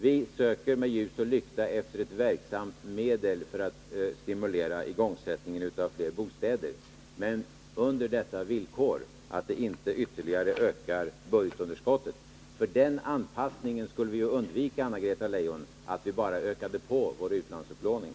Vi söker med ljus och lykta efter ett verksamt medel att stimulera igångsättningen av fler bostäder, men under detta speciella villkor att det inte ytterligare ökar budgetunderskottet. Vi skulle ju undvika den ”anpassningen”, Anna-Greta Leijon, att bara öka på vår utlandsupplåning.